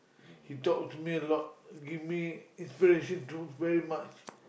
he talk to me a lot give me inspiration to very much